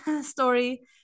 story